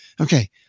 okay